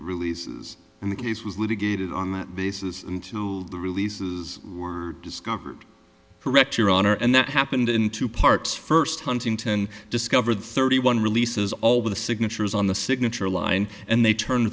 releases and the case was litigated on that basis until the releases were discovered correct your honor and that happened in two parts first huntington discovered thirty one releases all the signatures on the signature line and they turn